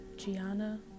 Gianna